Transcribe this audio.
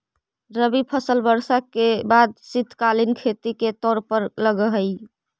रबी फसल वर्षा के बाद शीतकालीन खेती के तौर पर लगऽ हइ